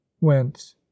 went